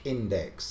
Index